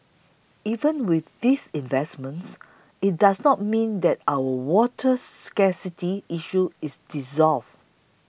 even with these investments it does not mean that our water scarcity issue is resolved